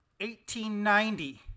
1890